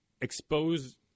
expose